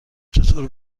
چطور